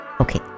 Okay